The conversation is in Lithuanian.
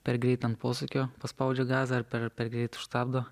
per greit ant posūkio paspaudžia gavę per per greit užstabdo